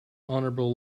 honorable